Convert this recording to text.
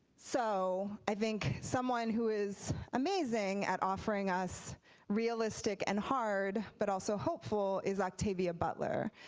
so i think someone who is amazing at offering us realistic and hard, but also hopeful is octavia butler.